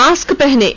mask पहनें